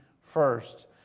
first